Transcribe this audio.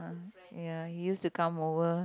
ah ya he used to come over